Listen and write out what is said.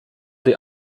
the